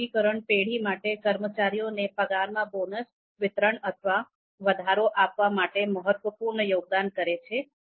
આ વર્ગીકરણ પેઢી માટે કર્મચારીઓને પગારમાં બોનસ વિતરણ અથવા વધારો આપવા માટે મહત્વપૂર્ણ યોગદાન કરે છે